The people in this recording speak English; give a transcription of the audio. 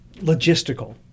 logistical